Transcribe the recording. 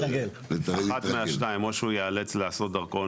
אחד מהשניים או שהוא ייאלץ לעשות דרכון